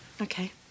Okay